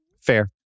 Fair